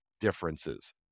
differences